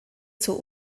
zur